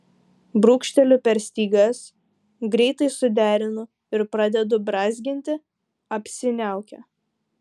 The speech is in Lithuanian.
brūkšteliu per stygas greitai suderinu ir pradedu brązginti apsiniaukę